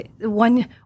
One